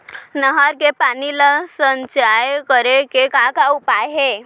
नहर के पानी ला संचय करे के का उपाय हे?